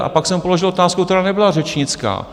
A pak jsem položil otázku, která nebyla řečnická.